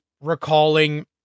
recalling